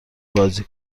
بازی